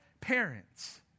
parents